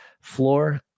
floor